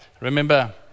Remember